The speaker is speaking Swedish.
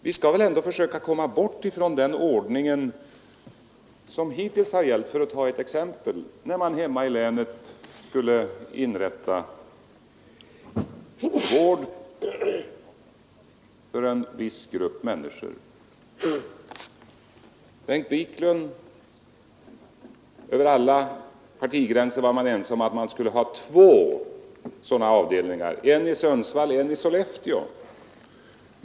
Vi skall väl ändå försöka komma bort från den ordning som hittills har gällt — jag skall ta ett exempel: När man hemma i länet skulle ordna med vård för en viss grupp människor var man över alla partigränser ense om att man skulle ha två avdelningar, en i Sundsvall och en i Sollefteå.